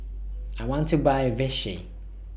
I want to Buy Vichy